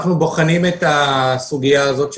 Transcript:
אנחנו בוחנים את הסוגיה הזאת,